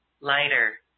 lighter